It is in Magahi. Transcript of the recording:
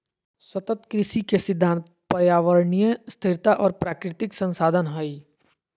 सतत कृषि के सिद्धांत पर्यावरणीय स्थिरता और प्राकृतिक संसाधन हइ